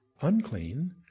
unclean